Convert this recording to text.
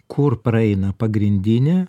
kur praeina pagrindinė